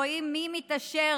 רואים מי מתעשר